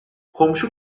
komşu